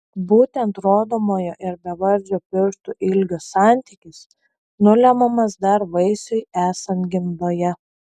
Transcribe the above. būtent rodomojo ir bevardžio pirštų ilgio santykis nulemiamas dar vaisiui esant gimdoje